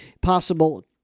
possible